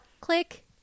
click